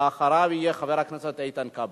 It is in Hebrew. ואחריו יהיה חבר הכנסת איתן כבל.